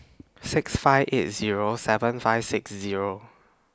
six five eight Zero seven five six Zero